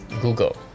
Google